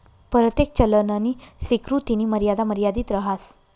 परतेक चलननी स्वीकृतीनी मर्यादा मर्यादित रहास